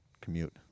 commute